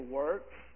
works